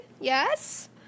yes